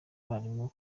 barimu